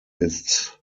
its